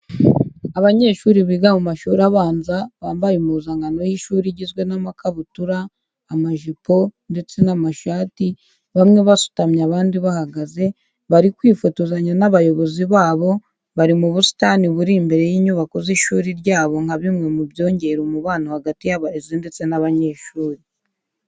Abanyeshuri biga mu mashuri abanza bambaye impuzankano y'ishuri igizwe n'amakabutura, amajipo ndetse n'amashati bamwe basutamye abandi bahagaze, bari kwifotozanya n'abayobozi babo bari mu busitani buri imbere y'inyubako z'ishuri ryabo nka bimwe mu byongera umubano hagati y'abarezi ndetse n'abanyeshuri.